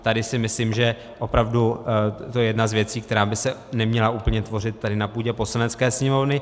Tady si myslím, že opravdu to je jedna z věcí, která by se neměla tvořit tady na půdě Poslanecké sněmovny.